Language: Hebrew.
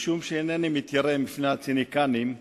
מכיוון שאינני מתיירא מפני הציניקנים,